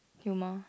humour